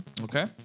okay